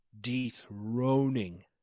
Dethroning